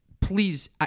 Please